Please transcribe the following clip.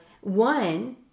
one